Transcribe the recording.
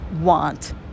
want